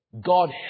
God